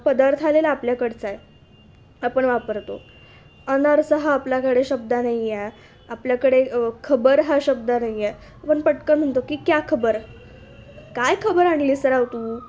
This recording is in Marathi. पदार्थ आलेला आपल्याकडचा आहे आपण वापरतो अनारसा हा आपल्याकडे शब्द नाही आहे आपल्याकडे खबर हा शब्द नाही आहे आपण पटकन म्हणतो की क्या खबर काय खबर आणलीस राव तू